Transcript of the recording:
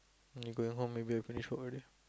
when you going home maybe I finish work already